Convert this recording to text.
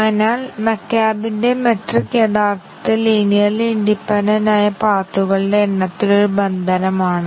ഇപ്പോൾ രണ്ടാമത്തെ നിബന്ധന ഇവിടെയുള്ള ഓരോ ആറ്റോമിക് അവസ്ഥയും ശരിയും തെറ്റായ മൂല്യവും എടുക്കണം എന്നതാണ്